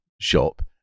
shop